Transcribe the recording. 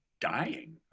dying